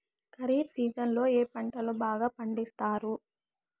ఖరీఫ్ సీజన్లలో ఏ పంటలు బాగా పండిస్తారు